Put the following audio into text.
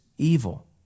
evil